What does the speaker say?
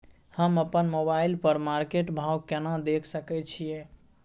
हम अपन मोबाइल पर मार्केट भाव केना देख सकै छिये?